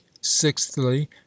Sixthly